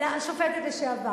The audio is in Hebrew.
השופטת לשעבר.